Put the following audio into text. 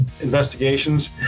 investigations